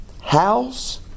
house